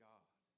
God